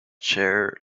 chair